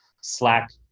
Slack